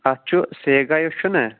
اَتھ چھُ سیگا یُس چھُنہ